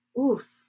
Oof